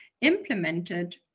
implemented